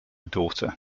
daughter